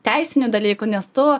teisinių dalykų nes tu